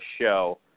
show